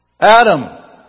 Adam